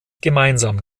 gemeinsam